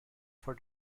for